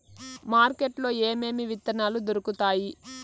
market లో ఏమేమి విత్తనాలు దొరుకుతాయి